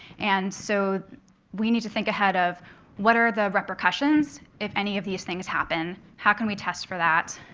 and so we need to think ahead of what are the repercussions if any of these things happen. how can we test for that?